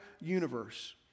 universe